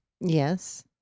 Yes